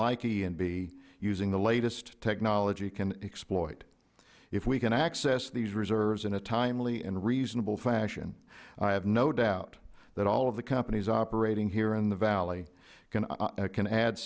like e and b using the latest technology can exploit if we can access these reserves in a timely and reasonable fashion i have no doubt that all of the companies operating here in the valley can